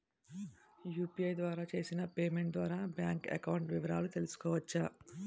UPI ద్వారా చేసిన payment ద్వారా బ్యాంక్ అకౌంట్ వివరాలు తెలుసుకోవచ్చ?